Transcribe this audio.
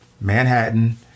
Manhattan